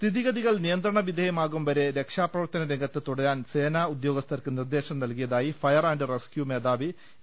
സ്ഥിതിഗതികൾ നിയന്ത്രണവിധേയമാകുംവരെ രക്ഷാപ്ര വർത്തനരംഗത്ത് ്തുടരാൻ സേനാ ഉദ്യോഗസ്ഥർക്ക് നിർദ്ദേശം നൽകിയതായി ഫയർ ആന്റ് റസ്ക്യൂ മേധാവി എ